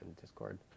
Discord